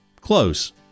close